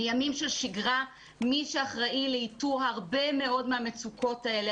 בימים של שגרה מי שאחראי לאיתור הרבה מאוד מהמצוקות האלה,